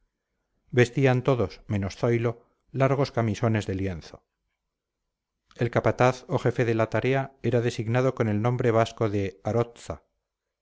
vestían todos menos zoilo largos camisones de lienzo el capataz o jefe de la tarea era designado con el nombre vasco de arotza